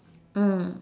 mm